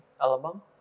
album